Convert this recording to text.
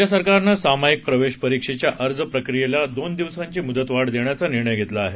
राज्य सरकारनं सामाईक प्रवेश परिक्षेच्या अर्ज प्रक्रियेला दोन दिवसांची मृदतवाढ देण्याचा निर्णय घेतला आहे